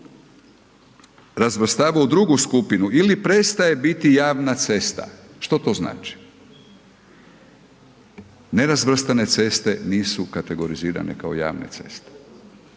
razvrstava u drugu skupinu ili prestaje biti javna cesta“. Što to znači? Nerazvrstane ceste nisu kategorizirane kao javne ceste.